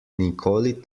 nikoli